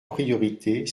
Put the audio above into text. priorités